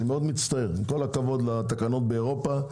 עם כל הכבוד לתקנות באירופה,